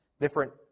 different